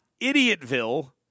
Idiotville